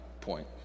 point